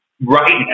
right